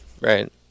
Right